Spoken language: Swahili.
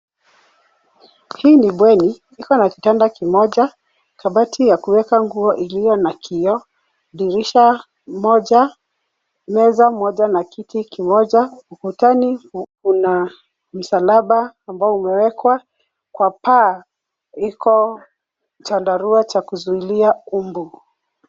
Hii ni bweni kikiwa na kitanda kimoja, kabati ya kuweka nguo iliyo na kioo, dirisha moja, meza moja na kiti kimoja. Ukutani una msalaba ambao umewekwa. Kwa paa iko chandarua cha kuzuilia umbu.